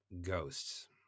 ghosts